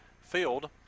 Field